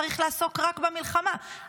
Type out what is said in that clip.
צריך לעסוק רק במלחמה,